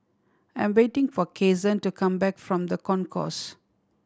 I am waiting for Kasen to come back from The Concourse